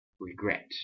regret